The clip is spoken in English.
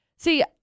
See